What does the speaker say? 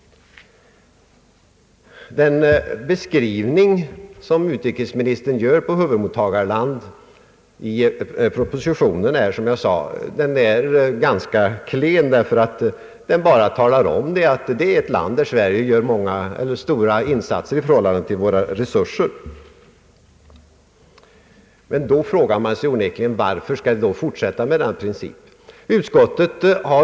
Den beskrivning av ett huvudmottagarland som utrikesministern gör i propositionen är som jag sagt ganska klen, därför att den enbart talar om att det är fråga om ett land där Sverige gör flera slag av insatser. Man frågar sig då onekligen varför vi skall fortsätta med denna princip om huvudmottagarländer.